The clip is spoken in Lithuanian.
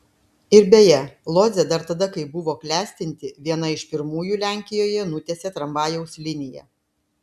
ir beje lodzė dar tada kai buvo klestinti viena iš pirmųjų lenkijoje nutiesė tramvajaus liniją